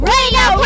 Radio